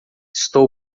estou